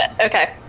Okay